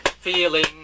feeling